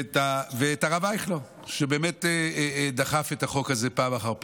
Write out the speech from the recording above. וגם הרב אייכלר, שדחף את החוק הזה פעם אחר פעם.